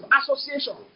association